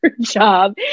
job